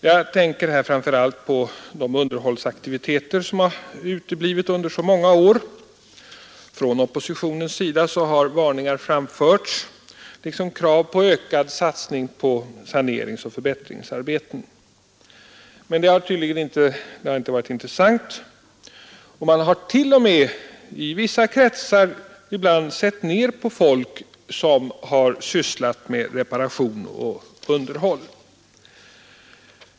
Jag tänker här framför allt på de underhållsaktiviteter som har uteblivit under så många år. Från oppositionen har varningar framförts liksom krav på ökad satsning på planeringsoch förbättringsarbeten. Men det har tydligen inte varit intressant, och man har t.o.m. i vissa kretsar ibland sett ner på folk som har sysslat med reparationer och underhåll.